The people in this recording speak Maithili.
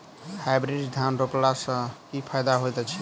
हाइब्रिड धान रोपला सँ की फायदा होइत अछि?